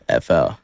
FL